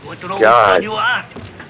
God